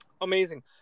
Amazing